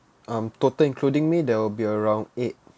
um total including me there will be around eight